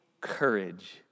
courage